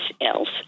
else